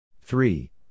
Three